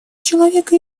человека